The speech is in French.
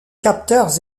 capteurs